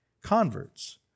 converts